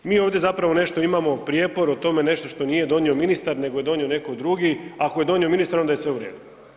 Mi ovdje zapravo nešto imamo prijepor o tome nešto što nije donio ministar nego je donio neki drugi, a ako je donio ministar onda je sve u redu.